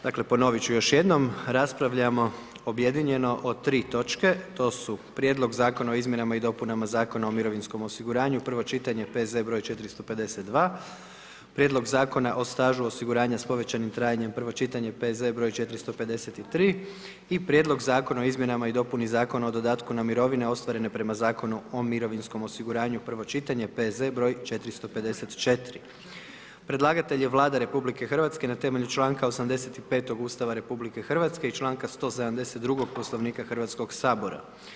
Dakle ponovit ću još jednom, raspravljamo objedinjeno o 3 točke, to su: - Prijedlog zakona o izmjenama i dopunama Zakona o mirovinskom osiguranju, prvo čitanje, P.Z. br. 452 - Prijedlog Zakona o stažu osiguranja s povećanim trajanjem, prvo čitanje, P.Z. br. 453 - Prijedlog zakona o izmjenama i dopuni Zakona o dodatku na mirovne ostvarene prema Zakonu o mirovinskom osiguranju, prvo čitanje, P.Z. br. 454 Predlagatelj je Vlada RH na temelju članka 85 Ustava RH i članka 172 Poslovnika Hrvatskog sabora.